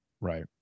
right